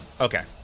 Okay